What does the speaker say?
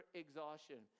exhaustion